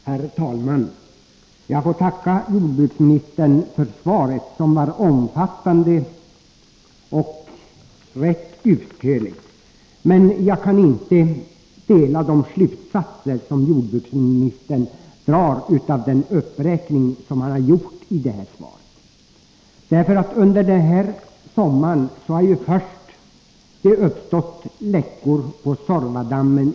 Herr talman! Jag får tacka jordbruksministern för svaret, som var omfattande och rätt utförligt. Men jag kan inte instämma i de slutsatser som jordbruksministern drar av den uppräkning han har gjort i svaret. Under den här sommaren har det uppstått läckor, först på Suorvadammen.